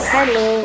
Hello